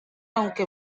aunque